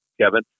Kevin